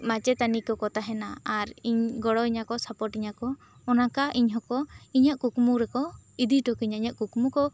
ᱢᱟᱪᱮᱛᱟᱹᱱᱤ ᱠᱚᱠᱚ ᱛᱟᱦᱮᱱᱟ ᱟᱨ ᱤᱧ ᱜᱚᱲᱚ ᱤᱧᱟᱹ ᱠᱚ ᱥᱟᱯᱚᱴ ᱤᱧᱟᱹ ᱠᱚ ᱚᱱᱚᱠᱟ ᱤᱧ ᱦᱚᱸᱠᱚ ᱤᱧᱟᱹᱜ ᱠᱩᱠᱢᱩ ᱨᱮᱠᱚ ᱤᱫᱤ ᱴᱚᱠᱚᱧᱟᱹ ᱤᱧᱟᱹᱜ ᱠᱩᱠᱢᱩ ᱠᱚ